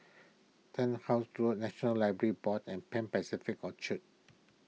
Turnhouse Road National Library Board and Pan Pacific Orchard